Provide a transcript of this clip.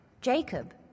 Jacob